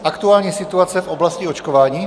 Aktuální situace v oblasti očkování?